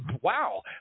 wow